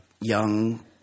young